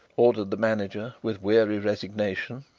ordered the manager, with weary resignation.